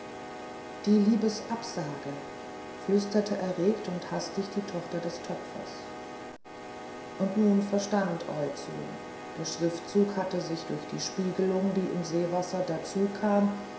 die liebesabsage flüsterte erregt und hastig die tochter des töpfers und nun verstand oizo der schriftzug hatte sich durch die spiegelung die im seewasser dazu kam